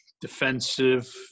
defensive